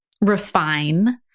refine